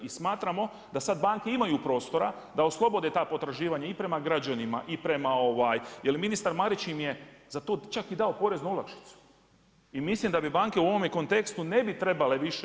I smatramo da sada banke imaju prostora da oslobode ta potraživanja i prema građanima i prema jel ministar Marić im je za to čak dao poreznu olakšicu i mislim da bi banke u ovome kontekstu ne bi trebale više